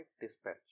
dispatch